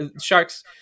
Sharks